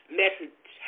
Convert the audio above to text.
message